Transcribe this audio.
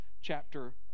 chapter